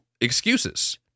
Excuses